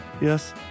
Yes